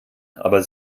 aber